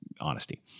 honesty